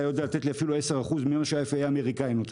היה יודע לתת לי אפילו 10% ממה שה-FAA האמריקני נותן.